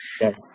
yes